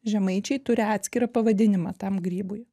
žemaičiai turi atskirą pavadinimą tam grybui